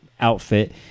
outfit